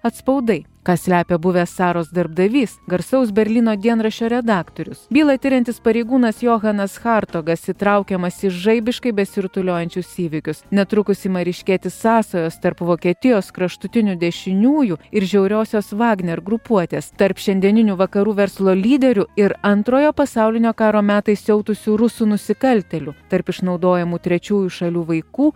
atspaudai ką slepia buvęs saros darbdavys garsaus berlyno dienraščio redaktorius bylą tiriantis pareigūnas johanas hartogas įtraukiamas į žaibiškai besirutuliojančius įvykius netrukus ima ryškėti sąsajos tarp vokietijos kraštutinių dešiniųjų ir žiauriosios vagner grupuotės tarp šiandieninių vakarų verslo lyderių ir antrojo pasaulinio karo metais siautusių rusų nusikaltėlių tarp išnaudojamų trečiųjų šalių vaikų